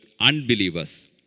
unbelievers